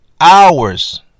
hours